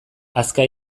hazka